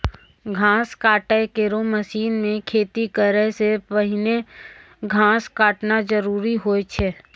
घास काटै केरो मसीन सें खेती करै सें पहिने घास काटना जरूरी होय छै?